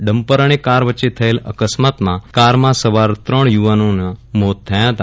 dumper અને car વચ્ચે થયેલ અકસ્માત માં કારમાં સવાર ત્રણ યુવાનોનું મોત થયા ફતા